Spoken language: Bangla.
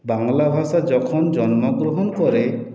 বাংলা ভাষা যখন জন্মগ্রহণ করে